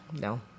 No